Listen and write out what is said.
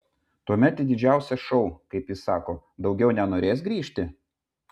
tuomet į didžiausią šou kaip jis sako daugiau nenorės grįžti